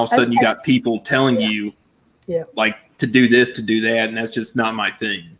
sudden you got people telling you yeah like to do this, to do that. and that's just not my thing.